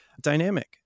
dynamic